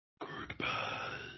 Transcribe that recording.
Goodbye